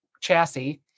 chassis